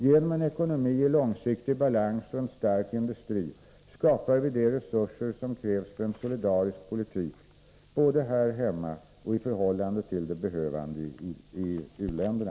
Genom en ekonomi i långsiktig balans och en stark industri skapar vi de resurser som krävs för en solidarisk politik både här hemma och i förhållande till de behövande i u-länderna.